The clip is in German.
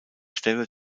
stelle